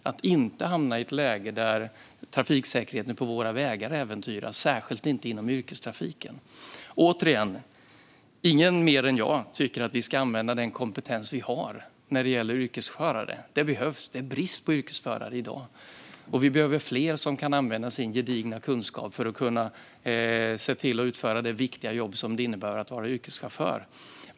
Vi ska inte hamna i ett läge där trafiksäkerheten på våra vägar äventyras - särskilt inte inom yrkestrafiken. Återigen: Ingen tycker mer än jag att vi ska använda den kompetens vi har när det gäller yrkesförare. Det behövs; vi har brist på yrkesförare i dag, och vi behöver fler som kan använda sin gedigna kunskap för att utföra det viktiga jobb det innebär att vara yrkeschaufför.